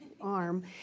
arm